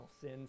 sin